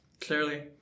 Clearly